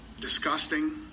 disgusting